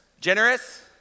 Generous